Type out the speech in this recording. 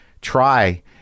try